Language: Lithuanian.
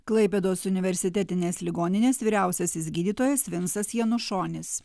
klaipėdos universitetinės ligoninės vyriausiasis gydytojas vincas janušonis